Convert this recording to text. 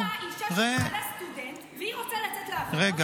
מדוע אישה שבעלה סטודנט והיא רוצה לצאת לעבוד לא תקבל את אותה